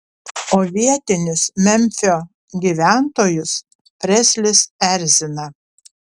o vietinius memfio gyventojus preslis erzina